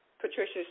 Patricia